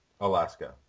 Alaska